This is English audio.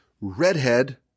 redhead